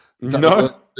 No